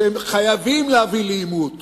שהם חייבים להביא לעימות